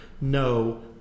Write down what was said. No